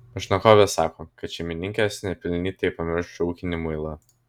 pašnekovė sako kad šeimininkės nepelnytai pamiršo ūkinį muilą